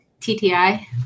TTI